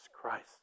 Christ